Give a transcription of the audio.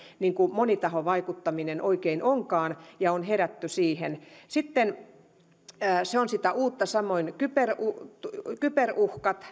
monitahovaikuttaminen oikein onkaan ja on herätty siihen se on sitä uutta samoin kyberuhkat